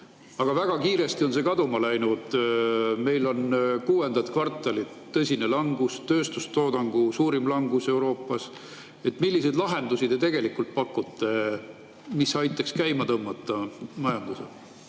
aga väga kiiresti on see kaduma läinud. Meil on kuuendat kvartalit tõsine langus, tööstustoodangu suurim langus Euroopas. Milliseid lahendusi te tegelikult pakute, mis aitaks käima tõmmata majanduse?